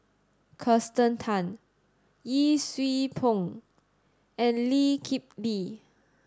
Kirsten Tan Yee Siew Pun and Lee Kip Lee